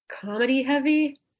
comedy-heavy